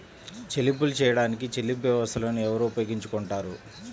చెల్లింపులు చేయడానికి చెల్లింపు వ్యవస్థలను ఎవరు ఉపయోగించుకొంటారు?